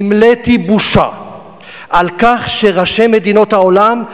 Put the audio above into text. נמלאתי בושה על כך שראשי מדינות העולם,